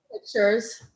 pictures